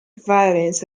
violins